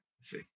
see